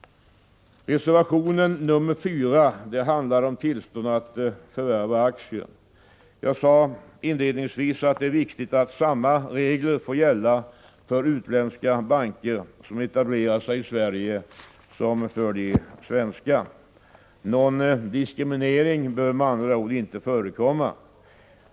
Reservation nr 4 handlar om tillstånd att förvärva aktier. Jag sade inledningsvis att det är viktigt att samma regler får gälla för utländska banker som etablerar sig i Sverige som för de svenska. Någon diskriminering bör med andra ord inte förekomma.